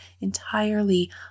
entirely